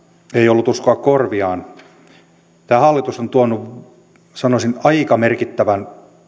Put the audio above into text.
ei ollut uskoa korviaan tämä hallitus on tuonut sanoisin aika merkittävän